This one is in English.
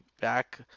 back